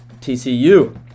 TCU